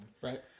Right